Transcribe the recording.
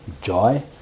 joy